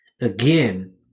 Again